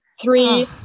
three